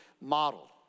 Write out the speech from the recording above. model